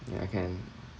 ya can